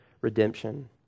redemption